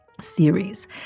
series